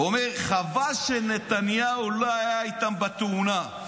אומר: חבל שנתניהו לא היה איתם בתאונה.